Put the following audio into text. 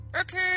Okay